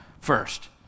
first